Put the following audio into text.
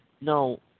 No